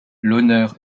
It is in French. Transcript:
l’honneur